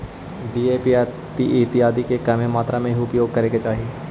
DAP इत्यादि के कमे मात्रा में ही उपयोग करे के चाहि